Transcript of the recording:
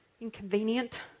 inconvenient